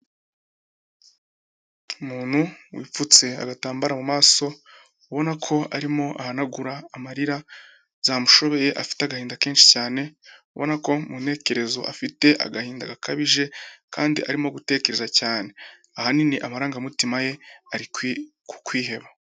Umuntu wipfutse agatambaro mu maso, ubona ko arimo ahanagura amarira, zamushoreye, afite agahinda kenshi cyane, ubona ko mu ntekerezo afite agahinda gakabije kandi arimo gutekereza cyane, ahanini amarangamutima ye ari ku kwiheba.